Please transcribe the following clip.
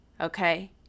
okay